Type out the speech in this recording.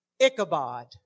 Ichabod